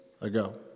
ago